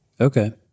Okay